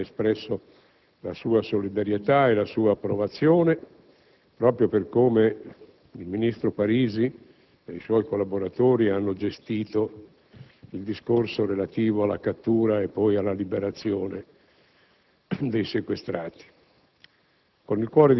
comunque, in quell'occasione, AN ha espresso la sua solidarietà e la sua approvazione per come il ministro Parisi e i suoi collaboratori hanno gestito il discorso relativo alla cattura e poi alla liberazione